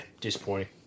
disappointing